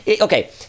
Okay